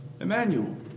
Emmanuel